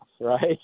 right